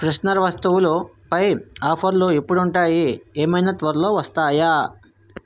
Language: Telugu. ఫ్రెషనర్ వస్తువులు పై ఆఫర్లు ఎప్పుడుంటాయి ఏమైనా త్వరలో వస్తాయా